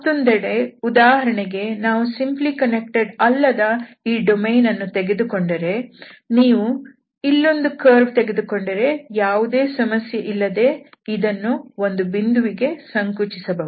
ಮತ್ತೊಂದೆಡೆ ಉದಾಹರಣೆಗೆ ನಾವು ಸಿಂಪ್ಲಿ ಕನ್ನೆಕ್ಟೆಡ್ ಅಲ್ಲದ ಈ ಡೊಮೇನ್ ಅನ್ನು ತೆಗೆದುಕೊಂಡರೆ ನೀವು ಇಲ್ಲೊಂದು ಕರ್ವ್ ತೆಗೆದುಕೊಂಡರೆ ಯಾವುದೇ ಸಮಸ್ಯೆ ಇಲ್ಲದೆ ಇದನ್ನು ಒಂದು ಬಿಂದುವಿಗೆ ಸಂಕುಚಿಸಬಹುದು